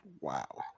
Wow